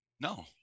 No